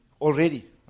Already